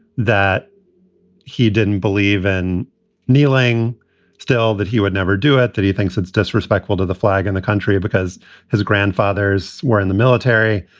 that he didn't believe in kneeling still, that he would never do it, that he thinks it's disrespectful to the flag and the country because his grandfathers were in the military,